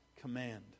command